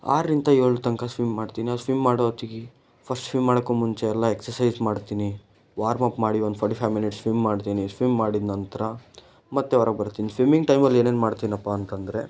ಆರರಿಂದ ಏಳ್ರ ತನಕ ಸ್ವಿಮ್ ಮಾಡ್ತೀನಿ ಸ್ವಿಮ್ ಮಾಡೋ ಹೊತ್ತಿಗೆ ಫಸ್ಟ್ ಸ್ವಿಮ್ ಮಾಡೋಕೆ ಮುಂಚೆ ಎಲ್ಲ ಎಕ್ಸರ್ಸೈಸ್ ಮಾಡ್ತೀನಿ ವಾರ್ಮ್ ಅಪ್ ಮಾಡಿ ಒಂದು ಫೋರ್ಟಿ ಫೈವ್ ಮಿನಿಟ್ಸ್ ಸ್ವಿಮ್ ಮಾಡ್ತೀನಿ ಸ್ವಿಮ್ ಮಾಡಿದ ನಂತರ ಮತ್ತೆ ಹೊರಗೆ ಬರ್ತೀನಿ ಸ್ವಿಮ್ಮಿಂಗ್ ಟೈಮಲ್ಲಿ ಏನೇನು ಮಾಡ್ತೀನಪ್ಪಾ ಅಂತ ಅಂದ್ರೆ